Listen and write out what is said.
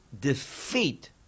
defeat